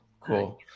cool